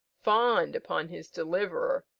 fawned upon his deliverer,